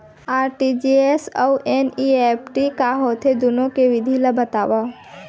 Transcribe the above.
RTGS अऊ NEFT का होथे, दुनो के विधि ला बतावव